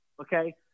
Okay